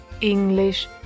English